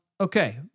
Okay